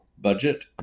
budget